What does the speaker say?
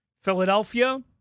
Philadelphia